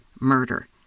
murder